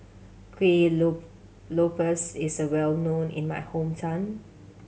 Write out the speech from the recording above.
kueh lope lopes is well known in my hometown